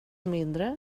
mindre